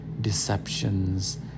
deceptions